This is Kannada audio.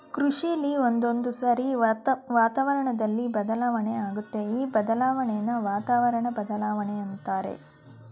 ಕೃಷಿಲಿ ಒಂದೊಂದ್ಸಾರಿ ವಾತಾವರಣ್ದಲ್ಲಿ ಬದಲಾವಣೆ ಆಗತ್ತೆ ಈ ಬದಲಾಣೆನ ವಾತಾವರಣ ಬದ್ಲಾವಣೆ ಅಂತಾರೆ